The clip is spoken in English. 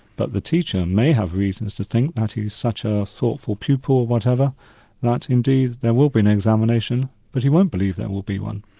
but the teacher may have reasons to think that he's such a thoughtful pupil, whatever indeed there will be an examination, but he won't believe there will be one,